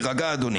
תירגע, אדוני.